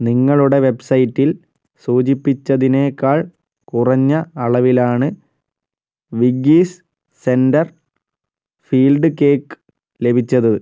നിങ്ങളുടെ വെബ്സൈറ്റിൽ സൂചിപ്പിച്ചതിനേക്കാൾ കുറഞ്ഞ അളവിലാണ് വിഗ്ഗീസ് സെൻ്റർ ഫീൽഡ് കേക്ക് ലഭിച്ചത്